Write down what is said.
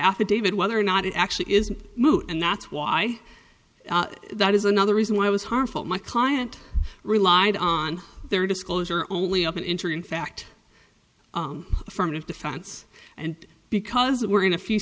affidavit whether or not it actually is moot and that's why that is another reason why i was harmful my client relied on their disclosure only up an interesting fact affirmative defense and because we're in a few